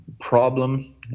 problem